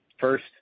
First